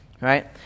right